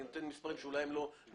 אני מציג מספרים שאולי אינם מדויקים,